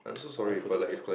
I footed the bill